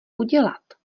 udělat